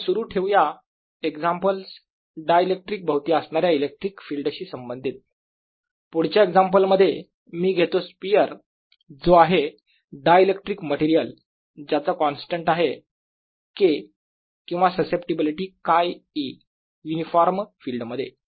आपण सुरू ठेवूया एक्झामपल्स डायइलेक्ट्रिक भोवती असणाऱ्या इलेक्ट्रिक फिल्डशी संबंधित पुढच्या एक्झाम्पल मध्ये मी घेतो स्पियर जो आहे डायइलेक्ट्रिक मटेरियल ज्याचा कॉन्स्टंट आहे K किंवा ससेप्टीबिलिटी χe युनिफॉर्म फील्डमध्ये